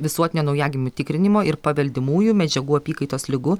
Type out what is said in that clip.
visuotinio naujagimių tikrinimo ir paveldimųjų medžiagų apykaitos ligų